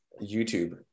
youtube